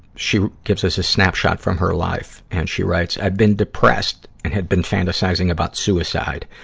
she gives us a snapshot from her life. and she writes, i've been depressed and had been fantasizing about suicide.